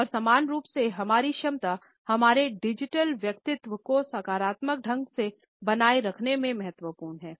और समान रूप से हमारी क्षमता हमारे डिजिटल व्यक्तित्व को सकारात्मक ढंग से बनाए रखने में महत्वपूर्ण हैं